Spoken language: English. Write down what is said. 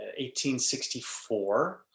1864